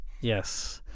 Yes